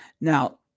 Now